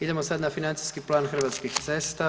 Idemo sad na Financijski plan Hrvatskih cesta.